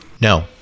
No